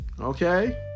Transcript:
Okay